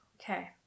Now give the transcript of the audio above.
Okay